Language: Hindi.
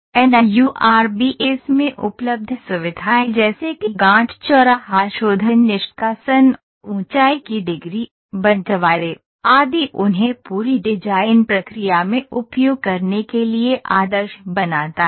 एनयूआरबीएस में उपलब्ध सुविधाएं जैसे कि गाँठ चौराहा शोधन निष्कासन ऊंचाई की डिग्री बंटवारे आदि उन्हें पूरी डिजाइन प्रक्रिया में उपयोग करने के लिए आदर्श बनाता है